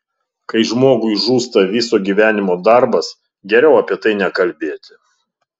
kai žmogui žūsta viso gyvenimo darbas geriau apie tai nekalbėti